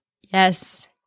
Yes